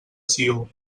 sió